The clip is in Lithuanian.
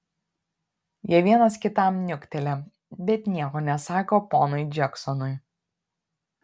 jie vienas kitam niukteli bet nieko nesako ponui džeksonui